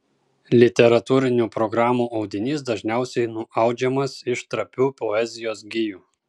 literatūrinių programų audinys dažniausiai nuaudžiamas iš trapių poezijos gijų